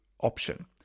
option